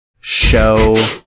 show